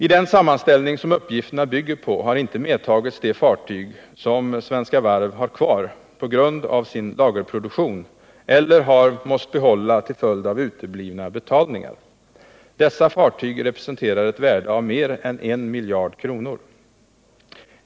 I den sammanställning som uppgifterna bygger på har inte medtagits de fartyg som Svenska Varv har kvar på grund av sin lagerproduktion eller som man tvingats behålla till följd av uteblivna betalningar. Dessa fartyg representerar ett värde av mer än en miljard kronor.